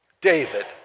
David